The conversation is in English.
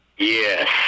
Yes